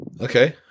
Okay